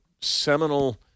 seminal